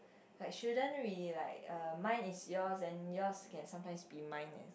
like shouldn't we like uh mine is yours and yours can sometimes be mine as well